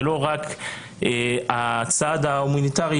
זה לא רק הצעד ההומניטרי,